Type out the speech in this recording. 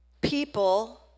people